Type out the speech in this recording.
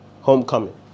Homecoming